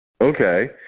Okay